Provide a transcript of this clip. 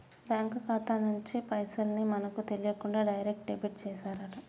bank ఖాతా నుంచి పైసల్ ని మనకు తెలియకుండా డైరెక్ట్ డెబిట్ చేశారట